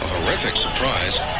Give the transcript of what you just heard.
electric surprise